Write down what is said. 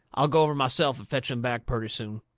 i'll go over myself and fetch em back purty soon.